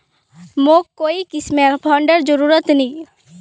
मोक कोई किस्मेर फंडेर जरूरत नी